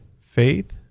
faith